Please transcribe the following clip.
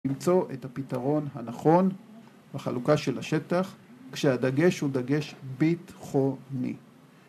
למצוא את הפתרון הנכון בחלוקה של השטח כשהדגש הוא דגש ביטחוני